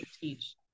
teach